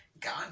God